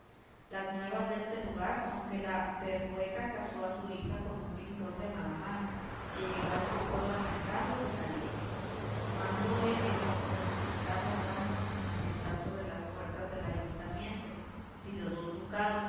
las nuevas deste lugar son que la berrueca casó a su hija con un pintor de mala mano que llegó a este pueblo a pintar lo que saliese mandóle el concejo pintar las armas de su majestad sobre las puertas del ayuntamiento pidió dos ducados